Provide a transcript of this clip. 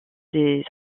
des